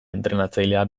entrenatzailea